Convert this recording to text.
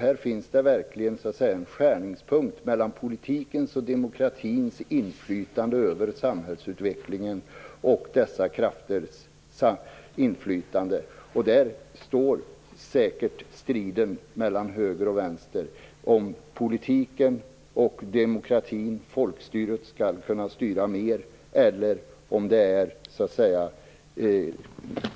Här finns det verkligen en skärningspunkt mellan politikens och demokratins inflytande över samhällsutvecklingen och dessa krafters inflytande. Striden mellan höger och vänster står säkert om det är politiken, demokratin och folkstyret som skall kunna styra mer eller om